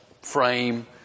frame